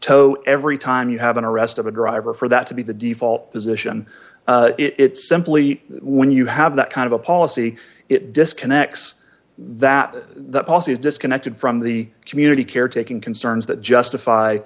e every time you have an arrest of a driver for that to be the default position it simply when you have that kind of a policy it disconnects that the policy is disconnected from the community caretaking concerns that justify